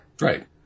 Right